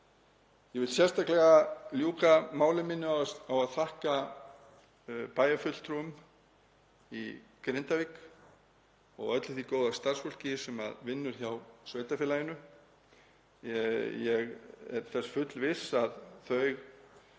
Ég vil sérstaklega ljúka máli mínu á að þakka bæjarfulltrúum í Grindavík og öllu því góða starfsfólki sem vinnur hjá sveitarfélaginu. Ég er þess fullviss að þau